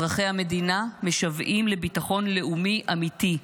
אזרחי המדינה משוועים לביטחון לאומי אמיתי,